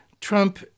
Trump